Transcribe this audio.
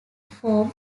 form